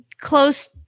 close